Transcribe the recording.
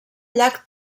llac